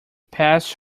passed